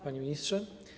Panie Ministrze!